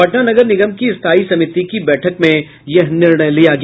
पटना नगर निगम की स्थायी समिति की बैठक में यह निर्णय लिया गया